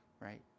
right